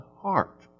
heart